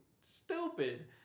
stupid